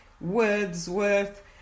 Wordsworth